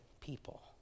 people